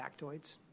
factoids